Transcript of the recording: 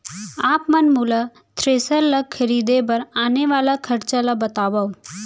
आप मन मोला थ्रेसर ल खरीदे बर आने वाला खरचा ल बतावव?